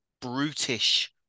brutish